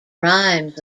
rhymes